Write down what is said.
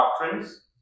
doctrines